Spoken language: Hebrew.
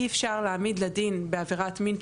אי אפשר להעמיד לדין בעבירת מין,